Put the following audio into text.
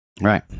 Right